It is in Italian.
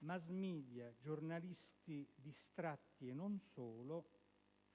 *mass media*, giornalisti distratti, e non solo,